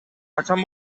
качан